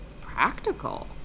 practical